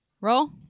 roll